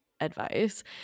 advice